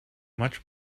much